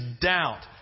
doubt